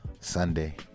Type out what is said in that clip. Sunday